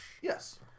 yes